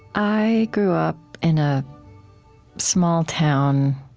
i grew up in a small town